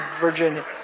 Virginia